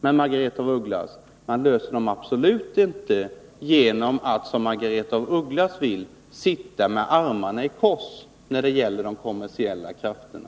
Och, Margaretha af Ugglas, man löser absolut inte problemen genom att sitta med armarna i kors när det gäller de kommersiella krafterna.